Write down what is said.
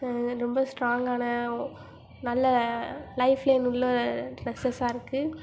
ரொம்ப ஸ்ட்ராங்கான நல்ல லைஃப் லைன் உள்ள ட்ரெஸ்ஸஸாக இருக்குது